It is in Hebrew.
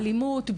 אלימות,